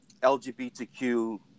LGBTQ